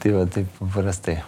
tai va taip paprastai